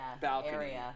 balcony